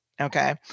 okay